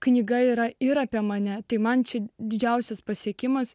knyga yra yra apie mane tai man čia didžiausias pasiekimas